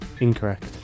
Incorrect